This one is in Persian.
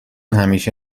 همیشه